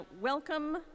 welcome